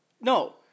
no